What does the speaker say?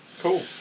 Cool